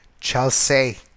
Chelsea